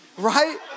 right